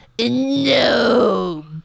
No